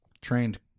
trained